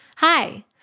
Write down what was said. Hi